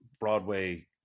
Broadway